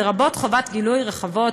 לרבות חובות גילוי רחבות,